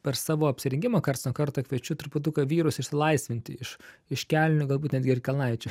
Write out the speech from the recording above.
per savo apsirengimą karts nuo karto kviečiu truputuką vyrus išsilaisvinti iš iš kelnių galbūt netgi ir kelnaičių